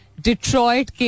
Detroit